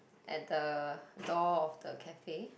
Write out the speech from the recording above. at the door of the cafe